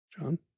John